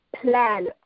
plan